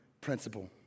principle